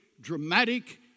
dramatic